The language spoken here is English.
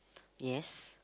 yes